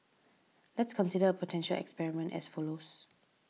let's consider a potential experiment as follows